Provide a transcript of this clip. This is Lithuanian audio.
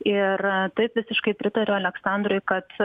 ir taip visiškai pritariu aleksandrui kad